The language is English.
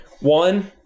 one